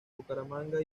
bucaramanga